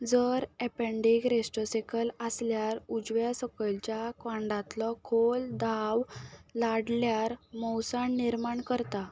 जर एपँडीक रिस्टोसेकल आसल्यार उजव्या सकयल्याच्या कोंडातलो खोल दाव लाडल्यार मोवसाण निर्माण करता